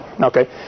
okay